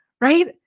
right